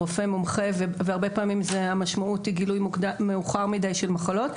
רופא מומחה והרבה פעמים המשמעות היא גילוי מאוחר מדי של מחלות.